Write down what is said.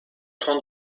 ton